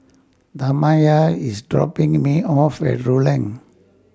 Tamya IS dropping Me off At Rulang